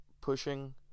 pushing